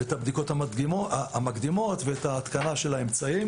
את הבדיקות המקדימות ואת ההתקנה של האמצעים.